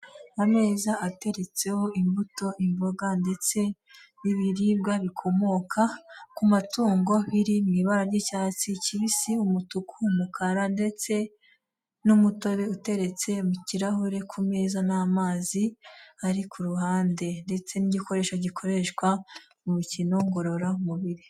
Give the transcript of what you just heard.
Ameza ateretseho imbuto, imboga ndetse n'ibiribwa bikomoka ku matungo biri mu ibara ry'icyatsi kibisi, umutuku, umukara ndetse n'umutobe uteretse mu kirahure ku meza n'amazi ari ku ruhande ndetse n'igikoresho gikoreshwa mu mikino ngororamubiri.